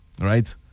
Right